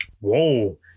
whoa